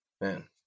Man